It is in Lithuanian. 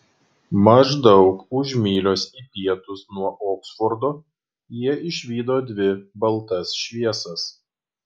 maždaug už mylios į pietus nuo oksfordo jie išvydo dvi baltas šviesas